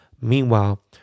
Meanwhile